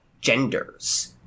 genders